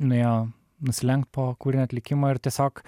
nuėjo nusilenkt po kūrinio atlikimo ir tiesiog